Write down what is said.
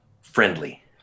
friendly